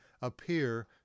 appear